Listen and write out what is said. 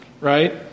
right